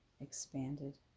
expanded